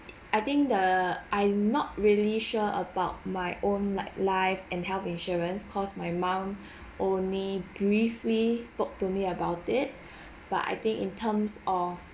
I think the I'm not really sure about my own like life and health insurance cause my mum only briefly spoke to me about it but I think in terms of